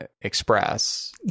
express